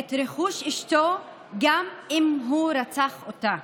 את רכוש אשתו גם אם הוא רצח אותה.